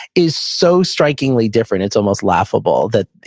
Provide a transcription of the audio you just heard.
is so strikingly different it's almost laughable that.